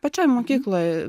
pačioj mokykloj